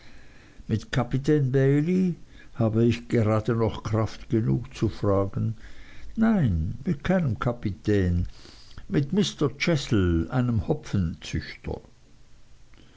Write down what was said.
mit kapitän bailey habe ich gerade noch kraft genug zu fragen nein mit keinem kapitän mit mr chestle einem